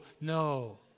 no